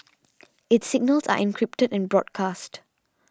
its signals are encrypted and broadcast